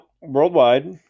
worldwide